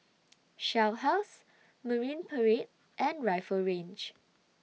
Shell House Marine Parade and Rifle Range